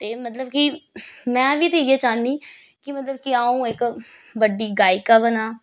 ते मतलब कि में बी ते इ'यै चाह्न्नी कि मतलब कि अ'ऊं इक बड्डी गायिका बनां